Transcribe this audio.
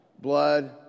Blood